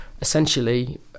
essentially